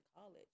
college